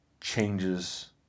changes